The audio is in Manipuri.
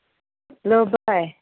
hello by